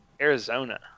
Arizona